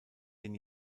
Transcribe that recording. den